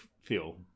feel